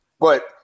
But-